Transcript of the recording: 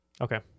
Okay